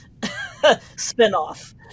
spinoff